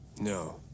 No